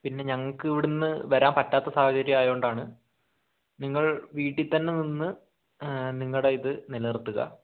പിന്നെ ഞങ്ങൾക്ക് ഇവിടുന്ന് വരാൻ പറ്റാത്ത സാഹചര്യം ആയതുകൊണ്ടാണ് നിങ്ങൾ വീട്ടീൽ തന്നെ നിന്ന് നിങ്ങളുടെ ഇത് നിലനിർത്തുക